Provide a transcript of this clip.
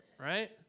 right